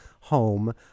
home